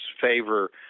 favor